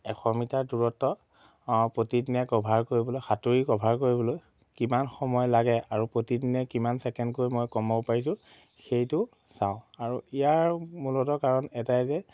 এশ মিটাৰ দূৰত্ব প্ৰতিদিনে কভাৰ কৰিবলৈ সাঁতুৰি কভাৰ কৰিবলৈ কিমান সময় লাগে আৰু প্ৰতিদিনে কিমান ছেকেণ্ডকৈ মই কমাব পাৰিছোঁ সেইটো চাওঁ আৰু ইয়াৰ মূলতঃ কাৰণ এটাই যে